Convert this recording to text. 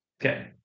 Okay